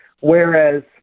Whereas